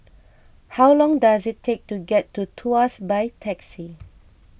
how long does it take to get to Tuas by taxi